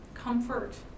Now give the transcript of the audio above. Comfort